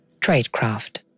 tradecraft